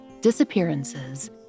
disappearances